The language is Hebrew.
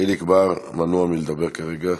חיליק בר, מנוע מלדבר כרגע,